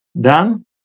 Dan